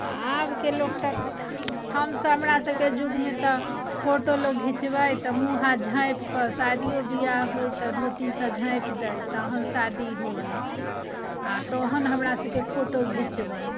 आबके लोक तऽ हमसब हमरासबके जुगमे तऽ फोटो लोक घिचबै तऽ मुँह हाथ झाँपिकऽ शादिओ बिआह होइ तऽ धोतीसँ झाँपि दै तहन शादी होइ आओर तहन हमरासबके फोटो घिचबै